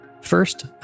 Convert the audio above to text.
First